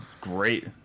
great